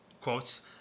Quotes